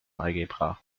algebra